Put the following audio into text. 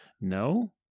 no